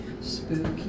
Spooky